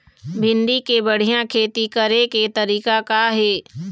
भिंडी के बढ़िया खेती करे के तरीका का हे?